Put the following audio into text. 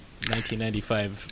1995